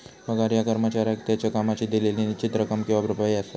पगार ह्या कर्मचाऱ्याक त्याच्यो कामाची दिलेली निश्चित रक्कम किंवा भरपाई असा